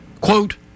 quote